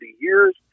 years